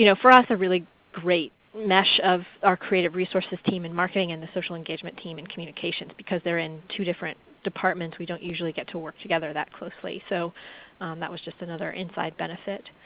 you know for us a really great mesh of our creative resources team and marketing, and the social engagement team and communications because they're in two different departments. we don't usually get to work together that closely. so that was just another inside benefit.